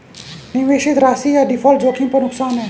निवेशित राशि या डिफ़ॉल्ट जोखिम पर नुकसान है